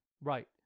Right